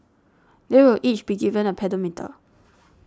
they will each be given a pedometer